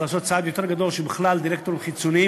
צריך לעשות צעד גדול יותר כדי שבכלל דירקטורים חיצוניים